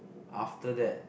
after that